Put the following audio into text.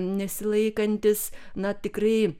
nesilaikantis na tikrai